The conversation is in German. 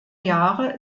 jahre